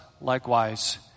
likewise